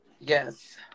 Yes